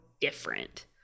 different